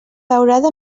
daurada